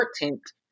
important